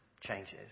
changes